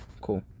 Cool